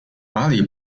马里